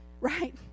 right